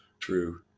true